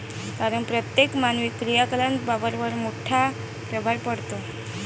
कारण प्रत्येक मानवी क्रियाकलापांवर मोठा प्रभाव पडतो